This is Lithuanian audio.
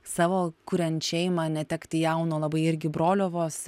savo kuriant šeimą netekti jauno labai irgi brolio vos